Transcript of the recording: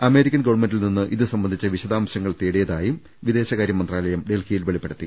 അമേ രി ക്കൻ ഗവൺമെന്റിൽനിന്ന് ഇത് സംബന്ധിച്ച വിശദാംശങ്ങൾ തേടി യതായും വിദേശകാര്യമന്ത്രാലയം ഡൽഹിയിൽ വെളിപ്പെ ടുത്തി